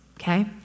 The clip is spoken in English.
okay